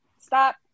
stop